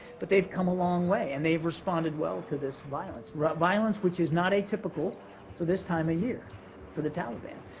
but they've come a long way and they've responded well to this violence violence which is not atypical for this time of year for the taliban.